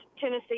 Tennessee